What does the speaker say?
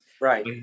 right